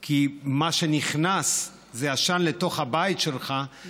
כי מה שנכנס לתוך הבית שלך זה עשן,